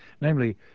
namely